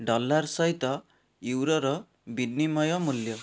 dollar ସହିତ ୟୁରୋର ବିନିମୟ ମୂଲ୍ୟ